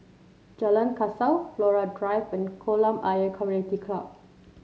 Jalan Kasau Flora Drive and Kolam Ayer Community Club